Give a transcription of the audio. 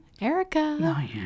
Erica